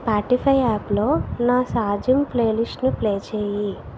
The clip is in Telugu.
స్పాటిఫై యాప్లో నా షాజమ్ ప్లే లిస్ట్ను ప్లే చెయ్యి